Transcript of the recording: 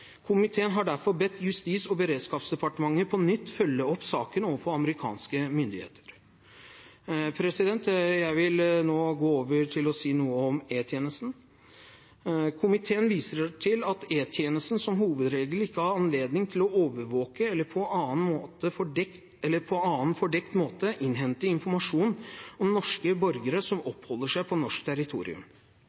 Komiteen har derfor bedt Justis- og beredskapsdepartementet på nytt følge opp saken overfor amerikanske myndigheter. Jeg vil nå gå over til å si noe om E-tjenesten. Komiteen viser til at E-tjenesten som hovedregel ikke har anledning til å overvåke eller på annen fordekt måte innhente informasjon om norske borgere som oppholder seg på norsk territorium.